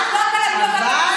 את לא תלמדי אותנו על גזענות.